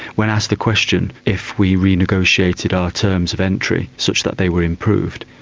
when asked the question if we renegotiated our terms of entry such that they were improved,